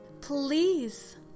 Please